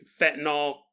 fentanyl